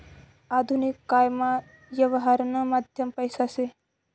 आधुनिक कायमा यवहारनं माध्यम पैसा शे